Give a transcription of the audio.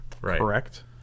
correct